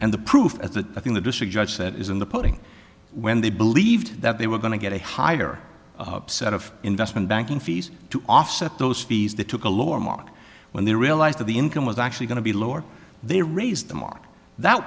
and the proof of the thing the district judge said is in the pudding when they believed that they were going to get a higher set of investment banking fees to offset those fees they took a lower mark when they realised that the income was actually going to be lower they raise them on that